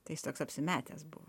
tai jis toks apsimetęs buvo